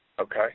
Okay